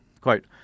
quote